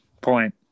point